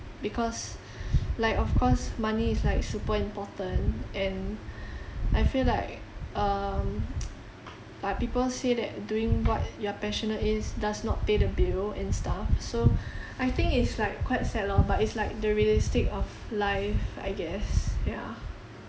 because like of course money is like super important and I feel like um but people say that doing what you are passionate is does not pay the bill and stuff so I think it's like quite sad lor but it's like the realistic of life I guess yeah